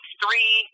three